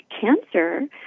cancer